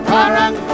Parang